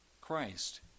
Christ